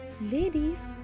Ladies